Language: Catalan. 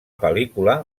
pel·lícula